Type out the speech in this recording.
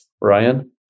Ryan